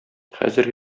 хәзер